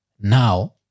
now